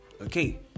Okay